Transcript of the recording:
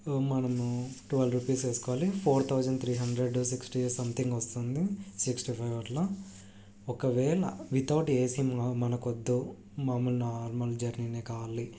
మనము twelve rupees వేసుకోవాలి four thousand three hundred సిక్స్టీయో సంథింగ్ వస్తుంది సిక్స్టీ ఫైవ్ అట్లా ఒకవేళ వితౌట్ ఏసి మనకొద్దు మామూలు నార్మల్ జర్నీనే కావాలి